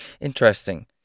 interesting